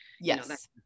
Yes